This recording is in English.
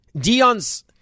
Dion's